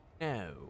No